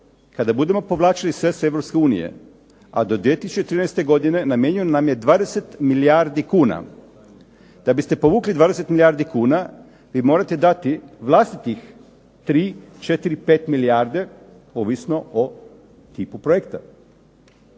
kada budemo povlačiti sredstva Europske unije, a do 2013. godine namijenjeno nam je 20 milijardi kuna. Da biste povukli 20 milijardi kuna vi morate dati vlastitih 3, 4, 5 milijardi, ovisno o tipu projekta.